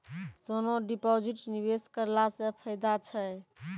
सोना deposit निवेश करला से फैदा छै?